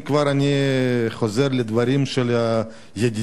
אם כבר אני חוזר לדברים של ידידי,